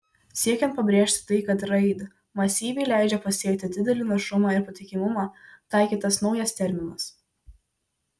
siekiant pabrėžti tai kad raid masyvai leidžia pasiekti didelį našumą ir patikimumą taikytas naujas terminas